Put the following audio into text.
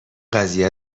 قضیه